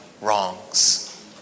wrongs